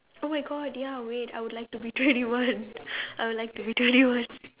oh my god ya wait I would like to be twenty one I would like to be twenty one